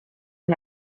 who